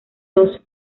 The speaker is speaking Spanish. dos